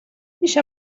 میشه